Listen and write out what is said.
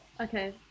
Okay